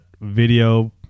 video